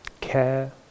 care